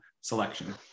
selection